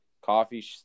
Coffee